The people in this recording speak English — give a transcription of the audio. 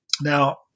Now